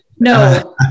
no